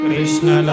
Krishna